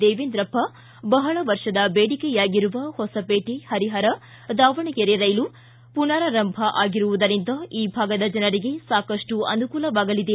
ದೇವೇಂದ್ರಪ್ಪ ಬಹಳ ವರ್ಷದ ದೇಡಿಕೆಯಾಗಿರುವ ಹೊಸಪೇಟೆ ಹರಿಹರ ದಾವಣಗೆರೆ ರೈಲು ಪುನರಾರಂಭ ಆಗಿರುವುದರಿಂದ ಈ ಭಾಗದ ಜನರಿಗೆ ಸಾಕಷ್ಟು ಅನುಕೂಲವಾಗಲಿದೆ